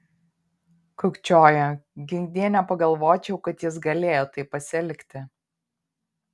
kukčioja ginkdie nepagalvočiau kad jis galėjo taip pasielgti